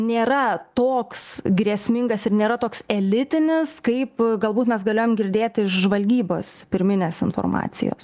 nėra toks grėsmingas ir nėra toks elitinis kaip galbūt mes galėjom girdėti iš žvalgybos pirminės informacijos